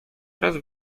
oraz